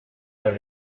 las